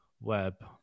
web